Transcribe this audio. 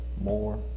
more